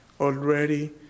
already